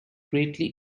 greatly